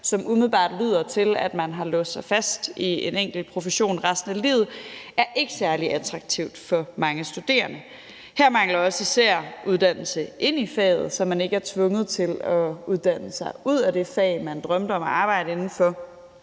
som umiddelbart lyder til, at man har låst sig fast i en enkelt profession resten af livet, ikke er særlig attraktivt for mange studerende. Her mangler der især også uddannelse ind i faget, så man ikke er tvunget til at uddanne sig ud af det fag, man drømte om at arbejde inden for,